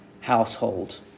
household